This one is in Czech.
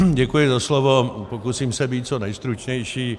Děkuji za slovo, pokusím se být co nejstručnější.